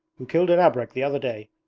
who killed an abrek the other day.